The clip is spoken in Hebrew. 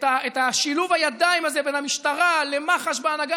את שילוב הידיים הזה בין המשטרה למח"ש בהנהגה